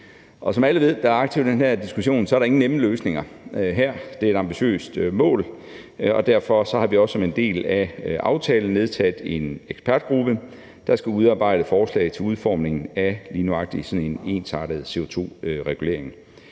Som alle, der er aktive i den her diskussion, ved, er der ingen nemme løsninger her. Det er et ambitiøst mål, og derfor har vi også som en del af aftalen nedsat en ekspertgruppe, der skal udarbejde forslag til udformning af lige nøjagtig sådan en ensartet CO2-regulering.